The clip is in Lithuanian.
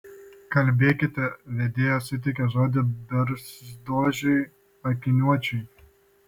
kalbėkite vedėja suteikė žodį barzdočiui akiniuočiui